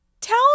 tell